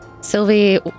Sylvie